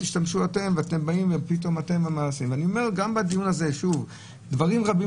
גם בדיון הזה דברים רבים